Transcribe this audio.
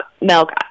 milk